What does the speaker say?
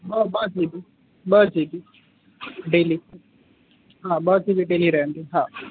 ॿ ॿ जी बी ॿ जी बी डेली हा ॿ जी बी डेली रहंदी हा